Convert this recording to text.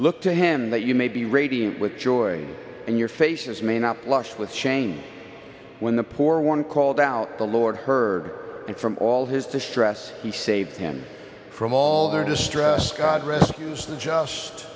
look to him that you may be radiant with joy and your faces may not blush with shame when the poor one called out the lord heard it from all his distress he saved him from all their distress god rescues